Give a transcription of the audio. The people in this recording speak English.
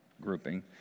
grouping